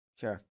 Sure